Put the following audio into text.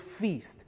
feast